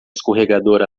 escorregador